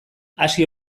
hasi